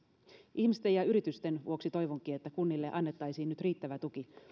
ihmisten ja yritysten vuoksi toivonkin että kunnille annettaisiin nyt riittävä tuki